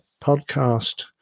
podcast